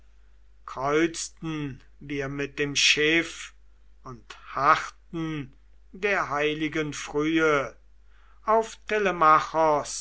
kreuzten wir mit dem schiff und harrten der heiligen frühe auf